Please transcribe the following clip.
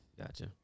Gotcha